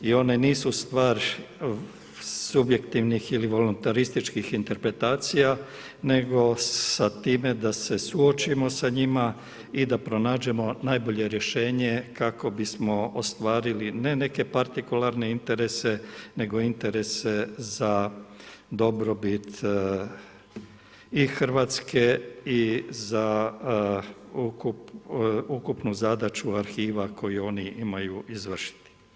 I one nisu stvar subjektivnih ili voluntarističkih interpretacija nego sa time da se suočimo sa njima i da pronađemo najbolje rješenje kako bismo ostvarili ne neke partikularne interese nego interese za dobrobit i Hrvatske i za ukupno zadaću arhiva koju oni imaju izvršiti.